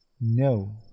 No